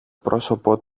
πρόσωπο